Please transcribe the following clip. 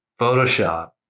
Photoshop